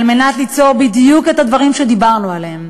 על מנת ליצור בדיוק את הדברים שדיברנו עליהם.